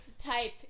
Type